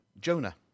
Jonah